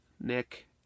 Nick